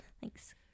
Thanks